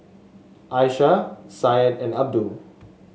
Aisyah Syed and Abdul